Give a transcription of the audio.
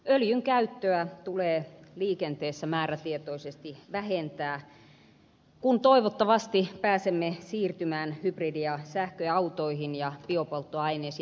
öljyn käyttöä tulee liikenteessä määrätietoisesti vähentää kun toivottavasti pääsemme siirtymään hybridi ja sähköautoihin ja biopolttoaineisiin